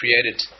created